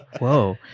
Whoa